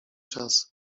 czasy